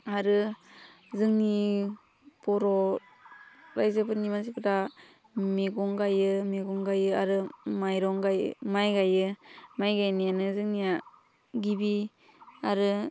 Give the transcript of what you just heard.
आरो जोंनि बर' राज्योफोरनि मोनसे हुदा मैगं गायो मैगं गायो आरो माइरं गायो माइ गायो माइ गायनायानो जोंनिया गिबि आरो